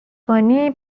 کنی